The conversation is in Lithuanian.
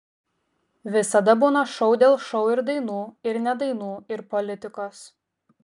visada būna šou dėl šou ir dainų ir ne dainų ir politikos